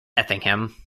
effingham